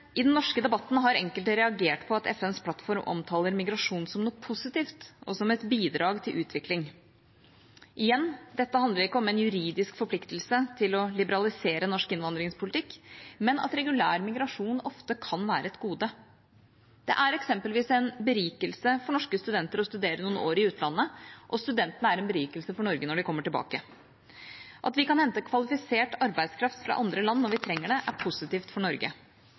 I den norske debatten har enkelte reagert på at FNs plattform omtaler migrasjon som noe positivt, og som et bidrag til utvikling. Igjen, dette handler ikke om en juridisk forpliktelse til å liberalisere norsk innvandringspolitikk, men at regulær migrasjon ofte kan være et gode. Det er eksempelvis en berikelse for norske studenter å studere noen år i utlandet, og studentene er en berikelse for Norge når de kommer tilbake. At vi kan hente kvalifisert arbeidskraft fra andre land når vi trenger det, er positivt for Norge.